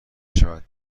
شود